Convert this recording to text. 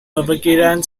bepergian